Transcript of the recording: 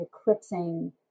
eclipsing